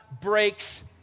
breaks